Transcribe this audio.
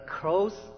close